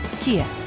Kia